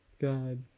God